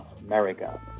America